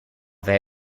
their